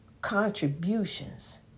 contributions